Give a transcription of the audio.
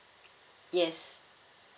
yes